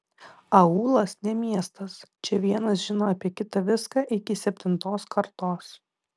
aūlas ne miestas čia vienas žino apie kitą viską iki septintos kartos